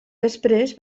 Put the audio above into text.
després